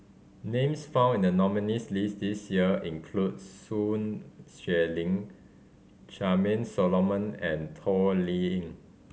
names found in the nominees' list this year include Sun Xueling Charmaine Solomon and Toh Liying